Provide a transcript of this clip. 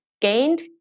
gained